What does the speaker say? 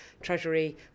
Treasury